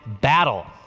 battle